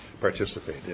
participate